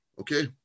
okay